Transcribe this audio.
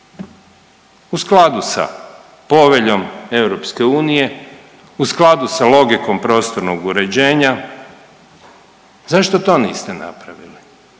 U skladu sa Poveljom EU, u skladu sa logikom prostornog uređenja. Zašto to niste napravili?